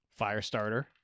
Firestarter